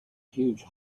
huge